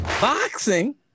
boxing